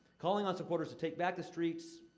calling on supporters to take back the streets.